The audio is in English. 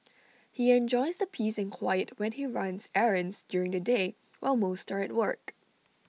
he enjoys the peace and quiet when he runs errands during the day while most are at work